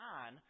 on